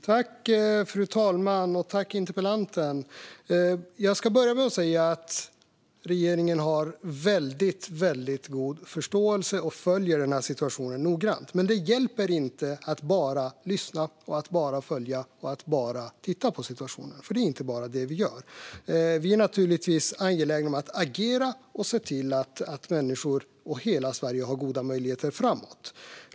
Fru talman! Jag ska börja med att säga att regeringen har väldigt god förståelse och följer den här situationen noggrant. Men det hjälper inte att bara lyssna, följa och titta på situationen. Det är inte bara det vi gör. Vi är naturligtvis angelägna om att agera och se till att människor och hela Sverige har goda möjligheter framåt.